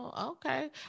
okay